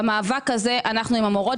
במאבק הזה אנחנו עם המורות.